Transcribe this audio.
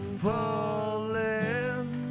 falling